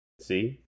See